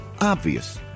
obvious